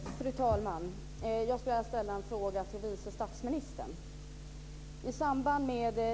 Fru talman! Jag skulle vilja ställa en fråga till vice statsministern.